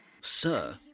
Sir